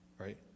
right